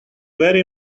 very